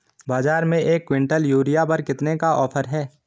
बाज़ार में एक किवंटल यूरिया पर कितने का ऑफ़र है?